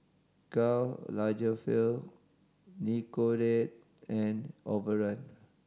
Karl Lagerfeld Nicorette and Overrun